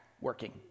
working